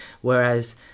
Whereas